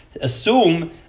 assume